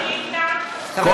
הייתה שאילתה, כל